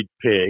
pig